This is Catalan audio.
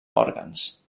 òrgans